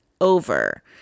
over